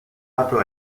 lato